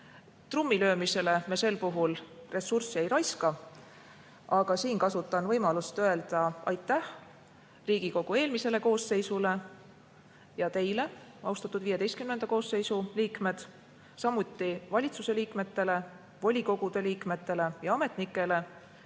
Trummilöömisele me sel puhul ressurssi ei raiska. Aga siin kasutan võimalust öelda aitäh Riigikogu eelmisele koosseisule ja teile, austatud XV koosseisu liikmed, samuti valitsuse liikmetele, volikogude liikmetele ja ametnikele,